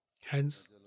Hence